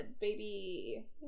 baby